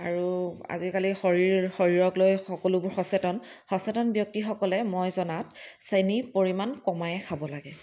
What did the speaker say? আৰু আজিকালি শৰীৰ শৰীৰক লৈ সকলোবোৰ সচেতন সচেতন ব্যক্তিসকলে মই জনাত চেনীৰ পৰিমাণ কমায়েই খাব লাগে